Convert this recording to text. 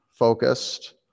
focused